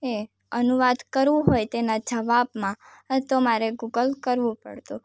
એ અનુવાદ કરવો હોય તેના જવાબમાં તો મારે ગૂગલ કરવું પડતું